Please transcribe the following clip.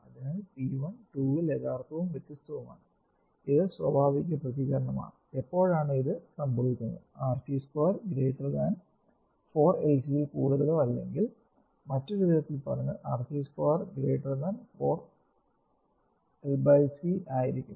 അതിനാൽ p 1 2 ൽ യഥാർത്ഥവും വ്യത്യസ്തവുമാണ് ഇത് സ്വാഭാവിക പ്രതികരണമാണ് എപ്പോഴാണ് ഇത് സംഭവിക്കുന്നത് 2 4 LC യിൽ കൂടുതലോ അല്ലെങ്കിൽ മറ്റൊരു വിധത്തിൽ പറഞ്ഞാൽ R2 4 lC ആയിരിക്കും